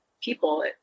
people